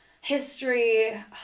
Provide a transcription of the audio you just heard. history